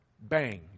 Bang